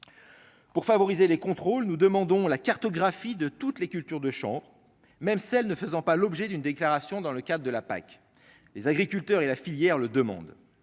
pour favoriser les contrôles, nous demandons la cartographie de toutes les cultures de chant, même celles ne faisant pas l'objet d'une déclaration dans le cadre de la PAC les agriculteurs et la filière le demande,